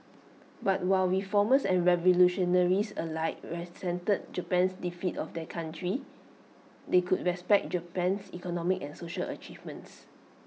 but while reformers and revolutionaries alike resented Japan's defeat of their country they could respect Japan's economic and social achievements